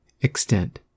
extent